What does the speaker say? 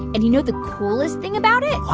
and you know the coolest thing about it? what?